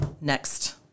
next